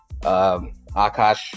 Akash